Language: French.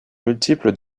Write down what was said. multiples